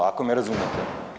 Ako me razumijete.